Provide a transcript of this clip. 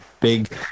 big